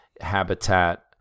habitat